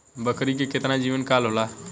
बकरी के केतना जीवन काल होला?